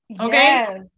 Okay